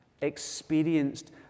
experienced